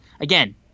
again